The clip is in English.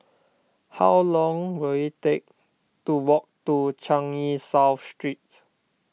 how long will it take to walk to Changi South Street